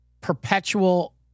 perpetual